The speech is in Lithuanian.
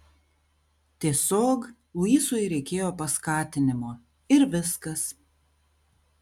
tiesiog luisui reikėjo paskatinimo ir viskas